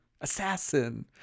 assassin